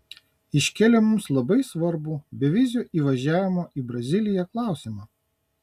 iškėliau mums labai svarbų bevizio įvažiavimo į braziliją klausimą